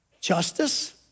justice